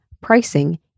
pricing